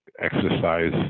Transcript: exercise